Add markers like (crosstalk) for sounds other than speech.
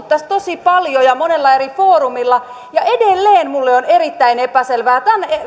(unintelligible) tästä tosi paljon ja monella eri foorumilla ja edelleen minulle on erittäin epäselvää tämän